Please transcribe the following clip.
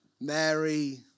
Mary